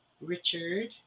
richard